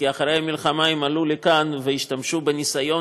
כי אחרי המלחמה הם עלו לכאן והשתמשו בניסיון